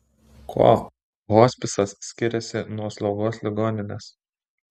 kuo hospisas skiriasi nuo slaugos ligoninės